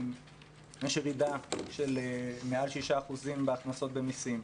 יש ירידה של מעל 6% בהכנסות ממיסים.